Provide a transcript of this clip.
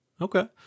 Okay